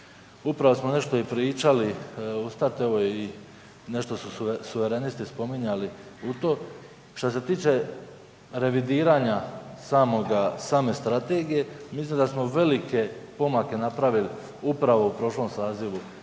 upravo smo nešto i pričali … evo nešto su i Suverenisti spominjali u to, što se tiče revidiranja same strategije, mislim da smo velike pomake napravili upravo u prošlom sazivu